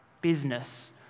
business